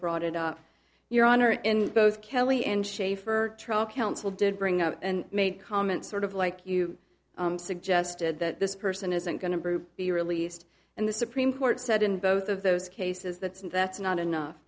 brought it up your honor in both kelly and schaefer trial counsel did bring up and made comment sort of like you suggested that this person isn't going to brew be released and the supreme court said in both of those cases that's it that's not enough